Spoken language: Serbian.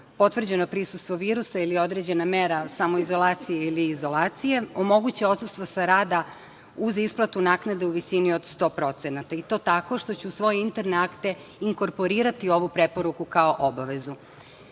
potvrđeno prisustvo virusa ili određena mera samoizolacije ili izolacije omoguće odsustvo sa rada uz isplatu naknade u visini od 100% i to tako što će u svoje interne akte inkorporirati ovu preporuku kao obavezu.